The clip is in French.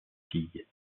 filles